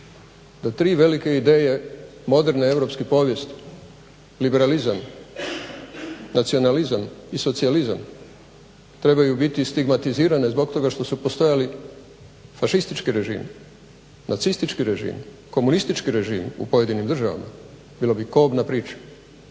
da tri velike ideje moderne europske povijesti liberalizam, nacionalizam i socijalizam trebaju biti stigmatizirane zbog toga što su postojali fašistički režimi, nacistički režimi, komunistički režimi u pojedinim državama bilo bi kobna priča.